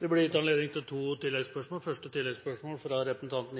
Det blir gitt anledning til tre oppfølgingsspørsmål – først Ib Thomsen.